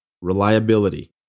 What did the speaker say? Reliability